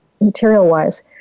material-wise